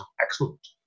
excellent